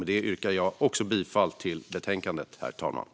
Med det yrkar också jag bifall till utskottets förslag i betänkandet.